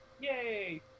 Yay